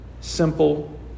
simple